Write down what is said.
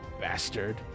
bastard